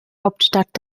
hauptstadt